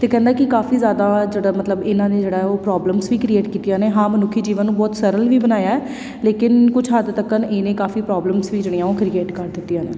ਅਤੇ ਕਹਿੰਦਾ ਕਿ ਕਾਫ਼ੀ ਜ਼ਿਆਦਾ ਜਿਹੜਾ ਮਤਲਬ ਇਹਨਾਂ ਨੇ ਜਿਹੜਾ ਉਹ ਪ੍ਰੋਬਲਮਸ ਵੀ ਕ੍ਰੀਏਟ ਕੀਤੀਆਂ ਨੇ ਹਾਂ ਮਨੁੱਖੀ ਜੀਵਨ ਨੂੰ ਬਹੁਤ ਸਰਲ ਵੀ ਬਣਾਇਆ ਲੇਕਿਨ ਕੁਛ ਹੱਦ ਤੱਕ ਇਹਨੇ ਕਾਫ਼ੀ ਪ੍ਰੋਬਲਮਸ ਵੀ ਜਿਹੜੀਆਂ ਉਹ ਕ੍ਰੀਏਟ ਕਰ ਦਿੱਤੀਆਂ ਨੇ